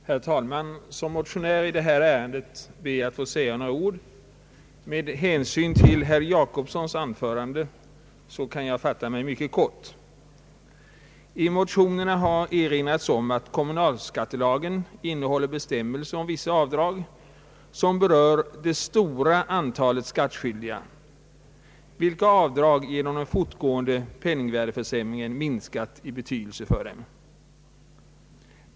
Herr talman! Såsom motionär i detta ärende ber jag att få säga några ord. Med hänsyn till herr Gösta Jacobssons anförande kan jag fatta mig mycket kort. I motionerna har erinrats om att kommunalskattelagen innehåller bestämmelser om vissa avdrag som berör det stora antalet skattskyldiga och som genom den fortgående penningvärdeförsämringen har minskat i betydelse för dem.